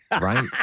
Right